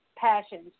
Passions